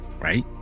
right